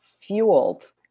fueled